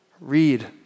read